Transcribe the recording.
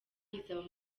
izaba